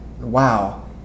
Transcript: wow